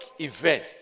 event